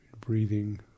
breathing